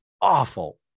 awful